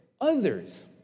others